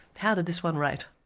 how did this one rate?